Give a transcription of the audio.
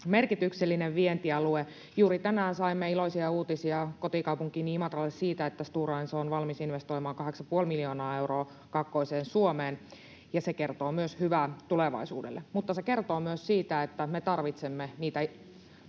merkityksellinen vientialue. Juuri tänään saimme iloisia uutisia kotikaupunkiini Imatralle siitä, että Stora Enso on valmis investoimaan 8,5 miljoonaa euroa kaakkoiseen Suomeen, ja se kertoo myös hyvää tulevaisuudelle, mutta se kertoo myös siitä, että me tarvitsemme niitä